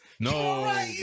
No